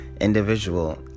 individual